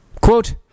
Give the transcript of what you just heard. Quote